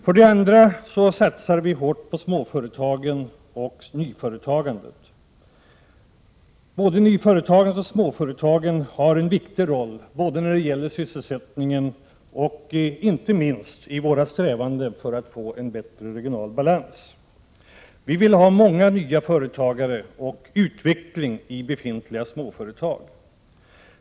För det andra satsar vi hårt på småföretagen och nyföretagandet. Småföretagen och nyföretagandet spelar en viktig roll när det gäller sysselsättningen och inte minst i våra strävanden för att få en bättre regional balans. Vi vill ha många nyföretagare och utveckling av befintliga småföretag.